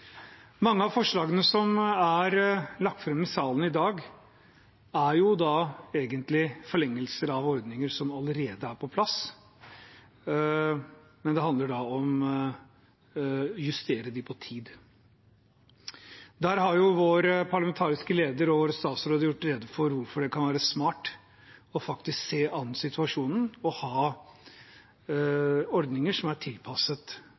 Mange av forslagene som er lagt fram i salen i dag, handler egentlig om forlengelser av ordninger som allerede er på plass, men det handler om å justere dem med hensyn til tid. Vår parlamentariske leder og våre statsråder har gjort rede for hvorfor det kan være smart å se an situasjonen og ha ordninger som er tilpasset